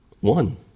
one